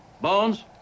Bones